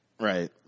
Right